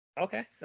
Okay